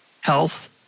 health